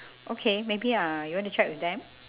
okay maybe uh you want to check with them